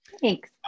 thanks